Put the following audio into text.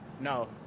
No